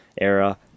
era